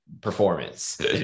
performance